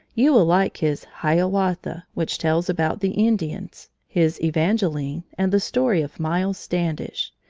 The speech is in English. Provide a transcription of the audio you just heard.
you will like his hiawatha, which tells about the indians, his evangeline, and the story of myles standish.